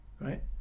Right